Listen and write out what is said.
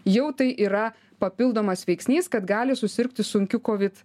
jau tai yra papildomas veiksnys kad gali susirgti sunkiu kovid